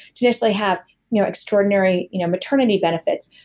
to necessarily have you know extraordinary you know maternity benefits.